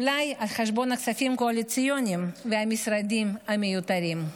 אולי על חשבון הכספים הקואליציוניים והמשרדים המיותרים.